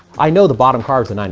i know the bottom card and and